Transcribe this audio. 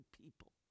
people